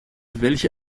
welche